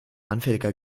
anfälliger